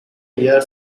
year